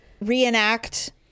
reenact